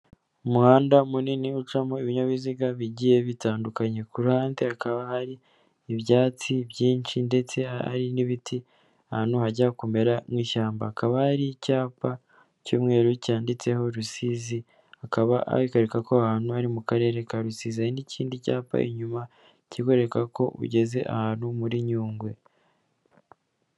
Umuhanda munini ucamo ibinyabiziga bigiye bitandukanye, ku ruhande hakaba hari ibyatsi byinshi ndetse hari n'ibiti. Ahantu hajya kumera nk'ishyamba, hakaba hari icyapa cy'umweru cyanditseho Rusizi. Akaba hakwereka ko ahantu ari mu karere ka Rusizi, n'ikindi cyapa inyuma kikwereka ko ugeze ahantu muri Nyungwe.